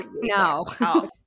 No